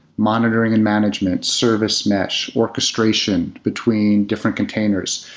monitoring and management? service mesh? orchestration between different containers?